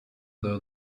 though